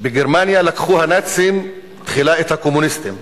"בגרמניה לקחו הנאצים תחילה את הקומוניסטים.